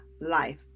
life